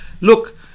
Look